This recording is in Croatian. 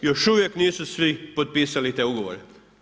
Još uvijek nisu svi potpisali te ugovore.